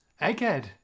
Egghead